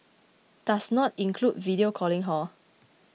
does not include video calling hor